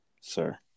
sir